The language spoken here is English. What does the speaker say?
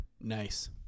Nice